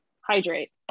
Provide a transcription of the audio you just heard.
hydrate